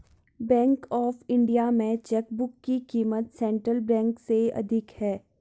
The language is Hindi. बैंक ऑफ इंडिया में चेकबुक की क़ीमत सेंट्रल बैंक से अधिक है